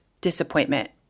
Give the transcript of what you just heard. disappointment